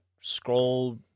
scroll